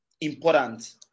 important